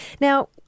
Now